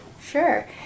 Sure